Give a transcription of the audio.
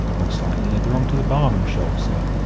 most likely they belong to the barnum show, sir,